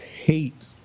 hate